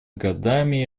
годами